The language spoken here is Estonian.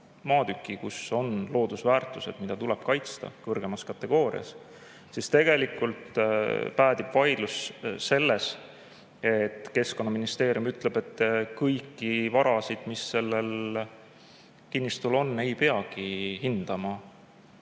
maatüki, kus on loodusväärtused, mida tuleb kaitsta kõrgema kategooria alusel, siis tegelikult päädib vaidlus siis, kui Keskkonnaministeerium ütleb, et kõiki varasid, mis sellel kinnistul on, ei peagi hindama